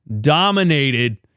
dominated